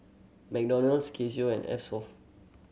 McDonald's Casio and Eversoft